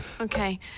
Okay